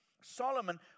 Solomon